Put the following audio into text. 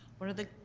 what are the